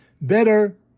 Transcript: Better